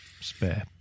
spare